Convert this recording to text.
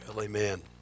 Amen